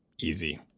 easy